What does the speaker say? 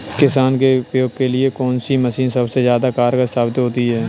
किसान के उपयोग के लिए कौन सी मशीन सबसे ज्यादा कारगर साबित होती है?